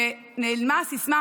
ונעלמה הסיסמה